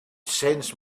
sense